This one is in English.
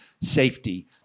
safety